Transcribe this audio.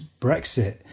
brexit